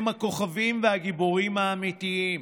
הם הכוכבים והגיבורים האמיתיים.